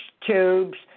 tubes